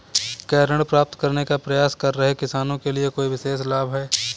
क्या ऋण प्राप्त करने का प्रयास कर रहे किसानों के लिए कोई विशेष लाभ हैं?